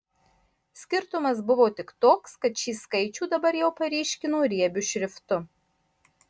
skirtumas buvo tik toks kad šį skaičių dabar jau paryškino riebiu šriftu